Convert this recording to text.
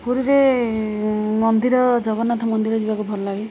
ପୁରୀରେ ମନ୍ଦିର ଜଗନ୍ନାଥ ମନ୍ଦିର ଯିବାକୁ ଭଲ ଲାଗେ